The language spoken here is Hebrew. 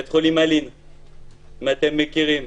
אם אתם מכירים.